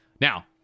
Now